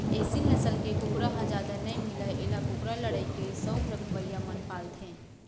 एसील नसल के कुकरा ह जादा नइ मिलय एला कुकरा लड़ई के सउख रखवइया मन पालथें